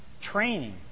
Training